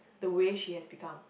the way she has become